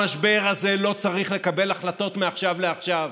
במשבר הזה לא צריך לקבל החלטות מעכשיו לעכשיו.